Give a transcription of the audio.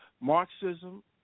Marxism